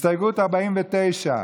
הסתייגות 49,